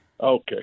Okay